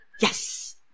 Yes